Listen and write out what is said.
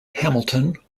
hamilton